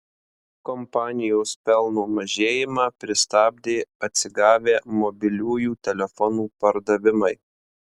kompanijos pelno mažėjimą pristabdė atsigavę mobiliųjų telefonų pardavimai